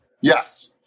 Yes